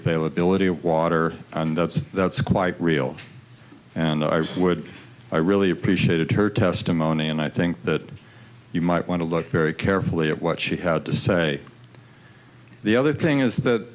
pale ability of water and that's that's quite real and i would i really appreciated her testimony and i think that you might want to look very carefully at what she had to say the other thing is that